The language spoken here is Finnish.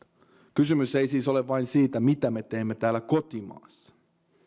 kysymys ei siis ole vain siitä mitä me teemme täällä kotimaassa